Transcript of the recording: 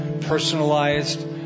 personalized